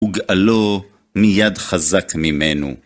וגאלו מיד חזק ממנו.